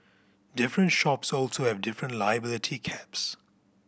different shops also have different liability caps